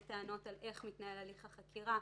טענות על האופן שבו מתנהל הליך החקירה,